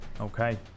Okay